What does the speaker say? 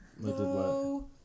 No